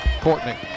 Courtney